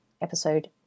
episode